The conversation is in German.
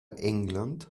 england